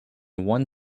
one